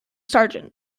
sergeant